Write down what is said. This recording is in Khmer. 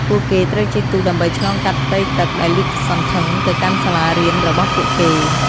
ពួកគេត្រូវជិះទូកដើម្បីឆ្លងកាត់ផ្ទៃទឹកដែលលាតសន្ធឹងទៅកាន់សាលារៀនរបស់ពួកគេ។